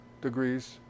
degrees